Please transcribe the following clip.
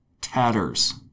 tatters